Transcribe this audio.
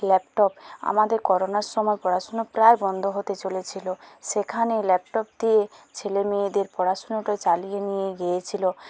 laptop আমাদের করোনার সময় পড়াশুনো প্রায় বন্ধ হতে চলেছিলো সেখানে ল্যাপটপ দিয়ে ছেলেমেয়েদের পড়াশুনোটা চালিয়ে নিয়ে গিয়েছিলো